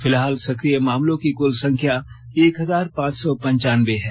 फिलहाल सक्रिय मामलों की कुल संख्या एक हजार पांच सौ पंचानबे है